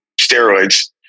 steroids